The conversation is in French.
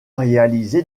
réalisé